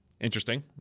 interesting